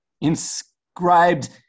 Inscribed